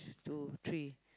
two three